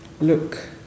look